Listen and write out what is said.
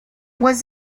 was